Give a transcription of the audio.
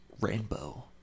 Rainbow